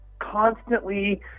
constantly